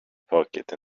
pocket